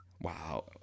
Wow